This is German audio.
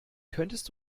könntest